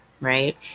right